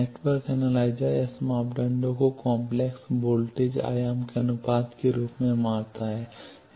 network analyser S मापदंडों को complex voltage आयाम के अनुपात के रूप में मापता है